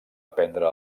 aprendre